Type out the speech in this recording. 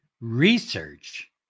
Research